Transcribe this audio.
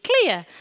clear